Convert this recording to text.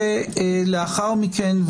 לאחר מכן,